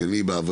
כי אני בעברי